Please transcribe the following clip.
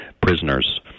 prisoners